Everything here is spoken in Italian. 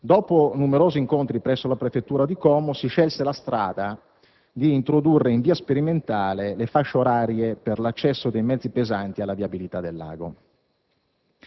dopo numerosi incontri presso la prefettura di Como, si scelse la strada di introdurre in via sperimentale le fasce orarie per l'accesso dei mezzi pesanti alla viabilità del lago.